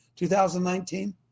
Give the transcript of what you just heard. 2019